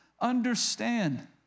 understand